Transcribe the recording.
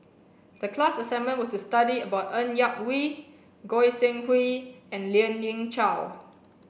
the class assignment was to study about Ng Yak Whee Goi Seng Hui and Lien Ying Chow